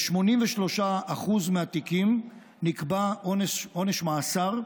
ב-83% מהתיקים נקבע עונש מאסר,